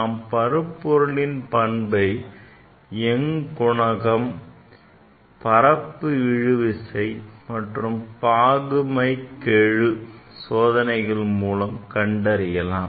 நாம் பருப்பொருள்களின் பண்பை young குணகம் பரப்பு இழுவிசை மற்றும் பாகுமைகெழு சோதனைகள் மூலம் கண்டறியலாம்